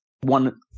One